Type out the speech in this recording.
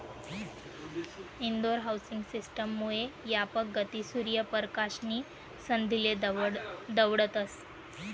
Indore housing system मुये यापक गती, सूर्य परकाश नी संधीले दवडतस